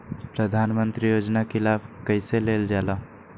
प्रधानमंत्री योजना कि लाभ कइसे लेलजाला?